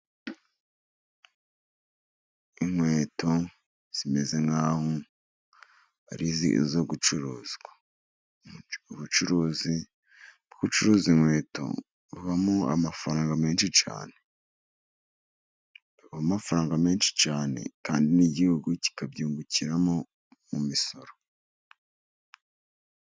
Inkweto zimeze nk'aho ari izo gucuruzwa. Ubucuruzi, gucuruza inkweto bivamo amafaranga menshi cyane bivamo amafaranga menshi cyane kandi n'igihugu kikabyungukiramo mu misoro.